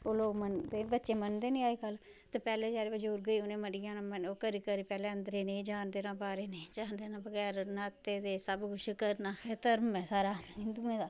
ओह् लोग मन्नदे बच्चे मन्नदे नेईं अज्जकल ते पैह्लें जेह्ड़े बजुर्ग हे उ'नें मरी जाना ओह् करी करी पैह्लें अंदरे गी जान देना बाहरै गी नेईं जान देना बगैर न्हाते दे सब कुछ करना आखदे धर्म ऐ साढ़ा हिंदूए दा